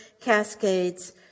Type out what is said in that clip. cascades